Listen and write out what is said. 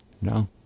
No